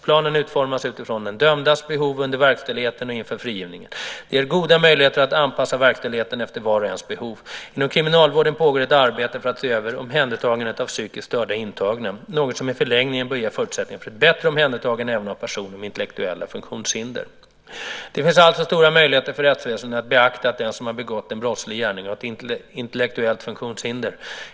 Planen utformas utifrån den dömdes behov under verkställigheten och inför frigivningen. Det ger goda möjligheter att anpassa verkställigheten efter vars och ens behov. Inom kriminalvården pågår ett arbete för att se över omhändertagandet av psykiskt störda intagna, något som i förlängningen bör ge förutsättningar för ett bättre omhändertagande även av personer med intellektuella funktionshinder. Det finns alltså stora möjligheter för rättsväsendet att beakta att den som har begått en brottslig gärning har ett intellektuellt funktionshinder.